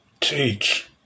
Teach